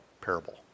parable